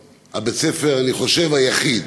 בית-הספר, אני חושב, הוא היחיד